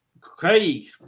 Craig